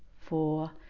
four